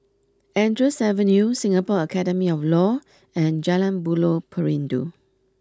Andrews Avenue Singapore Academy of Law and Jalan Buloh Perindu